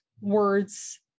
words